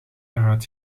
eruit